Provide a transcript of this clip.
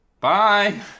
Bye